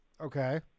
Okay